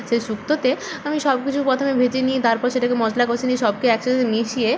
সেই শুক্তোতে আমি সব কিছু প্রথমে ভেজে নিয়ে তারপর সেটাকে মশলা কষে নিয়ে সবকে একসাথে মিশিয়ে